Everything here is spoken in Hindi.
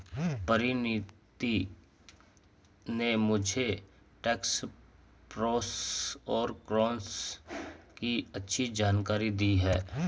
परिनीति ने मुझे टैक्स प्रोस और कोन्स की अच्छी जानकारी दी है